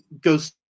goes